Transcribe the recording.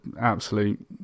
absolute